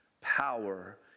power